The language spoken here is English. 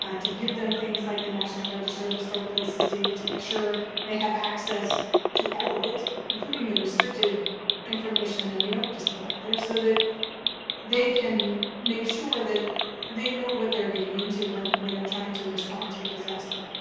ah to give them things like the national register of historic places data to make sure they have access to all of it. including the restricted information that we don't just put out there. so that they can make sure that they know what they're getting into when when they're trying to respond to a disaster.